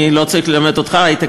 אני לא צריך ללמד אותך היי-טק,